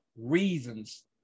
reasons